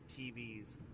tvs